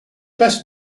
best